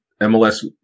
MLS